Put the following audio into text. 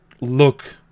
look